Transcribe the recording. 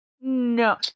No